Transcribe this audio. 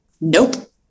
nope